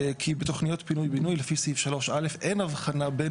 כי בתוכניות פינוי-בינוי לפי סעיף 3א אין הבחנה בין